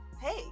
hey